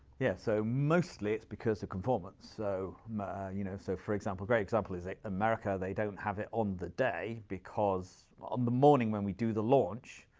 yeah, so mostly, it's because of conformance. so you know, so for example, great example is america, they don't have it on the day, because on the morning when we do the launch,